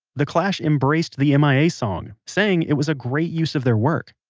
the clash embraced the m i a. song, saying it was a great use of their work.